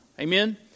Amen